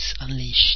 Unleashed